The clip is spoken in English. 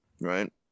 right